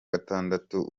gatandatu